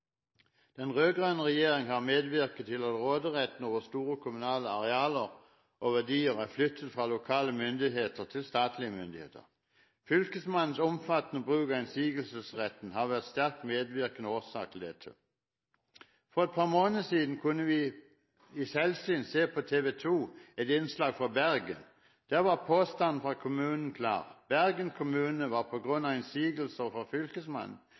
Den rød-grønne regjering har medvirket til at råderetten over store kommunale arealer og verdier er flyttet fra lokale myndigheter til statlige myndigheter. Fylkesmannens omfattende bruk av innsigelsesretten har vært en sterk medvirkende årsak til dette. For et par måneder siden kunne vi ved selvsyn på TV 2 se et innslag fra Bergen. Der var påstanden fra kommunen klar: Bergen kommune var på grunn av innsigelser fra Fylkesmannen